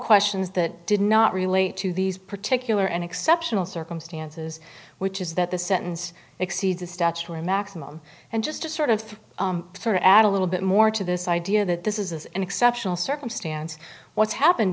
questions that did not relate to these particular and exceptional circumstances which is that the sentence exceeds a statutory maximum and just to sort of sort of add a little bit more to this idea that this is an exceptional circumstance what's happened